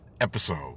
episode